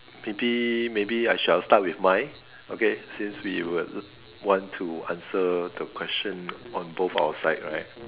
maybe maybe I shall start with mine okay since we would want to answer the question on both our side right